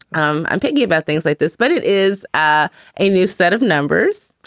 um i'm picky about things like this, but it is ah a new set of numbers,